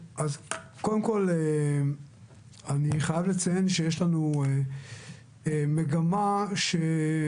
קודם כל אני חייב לציין שיש לנו מגמה שמסתמנת